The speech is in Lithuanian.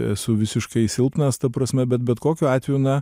esu visiškai silpnas ta prasme bet bet kokiu atveju na